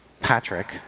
Patrick